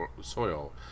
soil